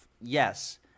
yes